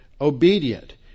obedient